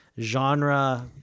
genre